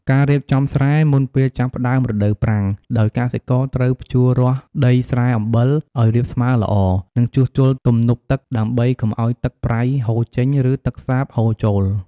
ការរៀបចំស្រែ មុនពេលចាប់ផ្តើមរដូវប្រាំង ដោយកសិករត្រូវភ្ជួររាស់ដីស្រែអំបិលឱ្យរាបស្មើល្អ និងជួសជុលទំនប់ទឹកដើម្បីកុំឱ្យទឹកប្រៃហូរចេញ ឬទឹកសាបហូរចូល។